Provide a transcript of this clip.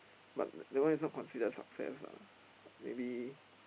but that one is not consider success ah maybe